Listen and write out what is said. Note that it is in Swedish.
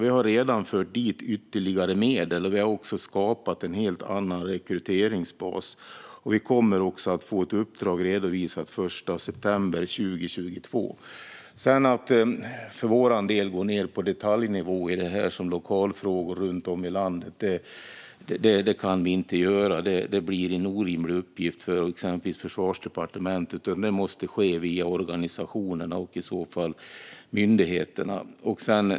Vi har redan tillfört ytterligare medel, och vi har även skapat en helt annan rekryteringsbas. Vi kommer därtill att få ett uppdrag redovisat den 1 september 2022. Vi kan dock inte gå ned på detaljnivå, såsom lokalfrågor runt om i landet. Det blir en orimlig uppgift för exempelvis Försvarsdepartementet. Det måste ske via organisationerna och myndigheterna.